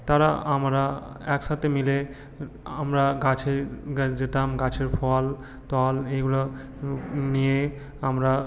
তারা আমরা একসাথে মিলে আমরা গাছে যেতাম গাছের ফল টল এইগুলো নিয়ে আমরা